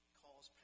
calls